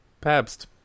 Pabst